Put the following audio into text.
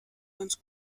ganz